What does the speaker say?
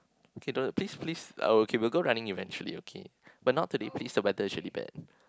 okay do~ please please oh okay we will go running eventually okay but not today please the weather is really bad